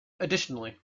additionally